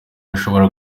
ashobora